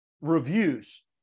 reviews